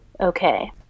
okay